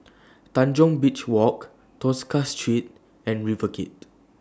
Tanjong Beach Walk Tosca Street and River Gate